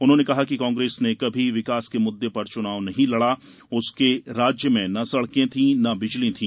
उन्होंने कहा कि कांग्रेस ने कभी विकास के मुद्दे पर चुनाव नहीं लड़ा उसके राज्य में न सड़कें थीं न बिजली थी